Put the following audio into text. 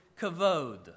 kavod